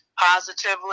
positively